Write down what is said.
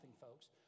folks